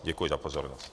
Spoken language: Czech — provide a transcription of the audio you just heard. Děkuji za pozornost.